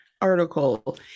article